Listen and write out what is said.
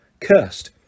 Cursed